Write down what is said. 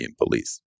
police